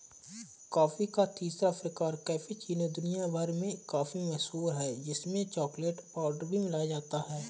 coffee का तीसरा प्रकार कैपेचीनो दुनिया भर में काफी मशहूर है जिसमें चॉकलेट पाउडर भी मिलाया जाता है